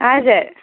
हजुर